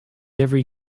every